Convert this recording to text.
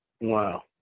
Wow